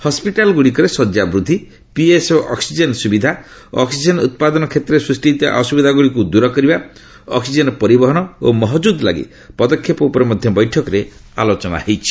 hospital ଗୁଡିକରେ ଶଯ୍ୟା ବୃଦ୍ଧି ପିଏସ୍ଏ ଅକ୍ସିକେନ୍ ସୁବିଧା ଅକ୍ଟିଜେନ୍ ଉତ୍ପାଦନ କ୍ଷେତ୍ରରେ ସୃଷ୍ଟି ହୋଇଥିବା ଅସୁବିଧା ଗୁଡ଼ିକୁ ଦୂର କରିବା ଅକ୍ଟିଜେନ୍ ପରିବହନ ଓ ମହକ୍ତୁଦ ଲାଗି ପଦକ୍ଷେପ ଉପରେ ମଧ୍ୟ ବୈଠକରେ ଆଲୋଚନା ହୋଇଛି